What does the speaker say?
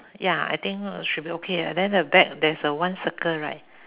ya I think should be okay lah then the back there's a one circle right